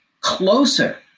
closer